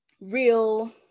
real